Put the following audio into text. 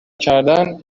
کردن